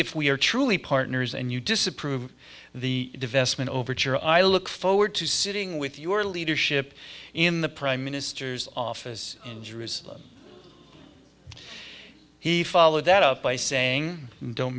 if we are truly partners and you disapprove of the divestment overture i look forward to sitting with your leadership in the prime minister's office in jerusalem he followed that up by saying don't